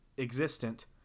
existent